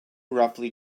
roughly